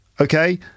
Okay